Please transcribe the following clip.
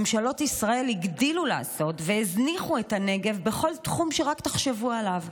ממשלות ישראל הגדילו לעשות והזניחו את הנגב בכל תחום שרק תחשבו עליו,